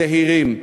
זהירים.